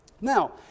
Now